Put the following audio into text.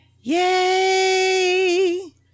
Yay